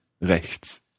Rechts